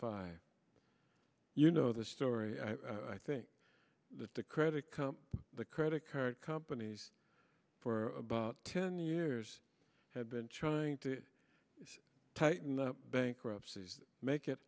five you know the story i think that the credit comp the credit card companies for about ten years had been trying to tighten up bankruptcies make it